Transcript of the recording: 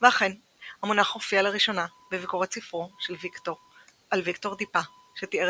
ואכן המונח הופיע לראשונה בביקורת ספרו על ויקטור דיפה שתיאר